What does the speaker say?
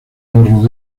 nos